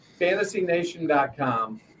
FantasyNation.com